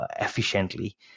efficiently